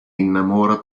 innamora